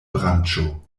branĉo